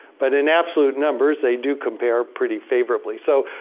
but in absolute numbers they do compare pretty favorably. so,